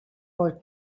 for